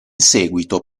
seguito